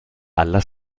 alla